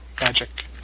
Magic